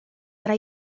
tra